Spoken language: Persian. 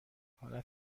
حالت